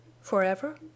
Forever